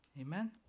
Amen